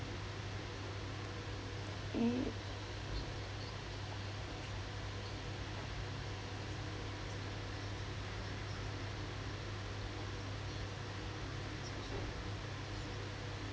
mm